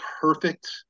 perfect